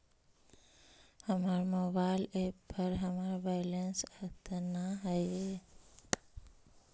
हमर mobile app पर हमर बैलेंस अद्यतन ना हई